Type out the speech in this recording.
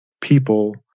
people